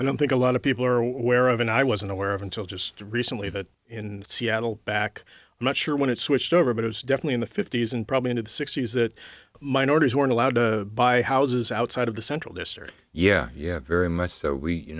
i don't think a lot of people are aware of and i wasn't aware of until just recently that in seattle back i'm not sure when it switched over but it was definitely the fifty's and probably into the sixty's that minorities weren't allowed to buy houses outside of the central mystery yeah yeah very much so we